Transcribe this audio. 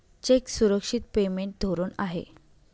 check सुरक्षित payment धोरण आहे